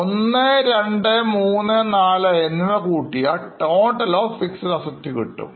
ഒന്ന് രണ്ട് മൂന്ന് നാല് എന്നിവ കൂട്ടിയാൽ ടോട്ടൽ ഓഫ് Fixed Assetsകിട്ടും